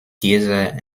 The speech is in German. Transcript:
dieser